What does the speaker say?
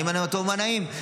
הינה מה טוב ומה נעים.